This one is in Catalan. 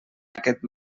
aquest